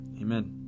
Amen